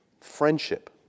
friendship